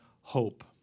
hope